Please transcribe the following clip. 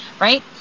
right